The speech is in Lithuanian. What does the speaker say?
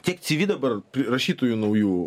tiek cv dabar pri rašytojų naujų